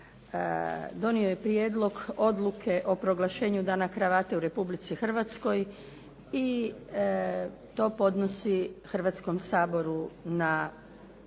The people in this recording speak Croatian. donio je Prijedlog Odluke o proglašenju "Dana kravate u Republici Hrvatskoj" i to podnosi Hrvatskom saboru na